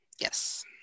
Yes